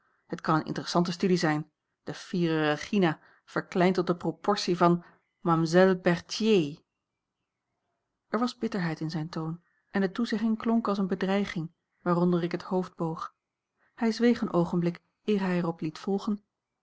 het kan eene interessante studie zijn de fiere regina verkleind tot de proportie van mamselle berthier er was bitterheid in zijn toon en de toezegging klonk als eene a l g bosboom-toussaint langs een omweg bedreiging waaronder ik het hoofd boog hij zweeg een oogenblik eer hij er op liet volgen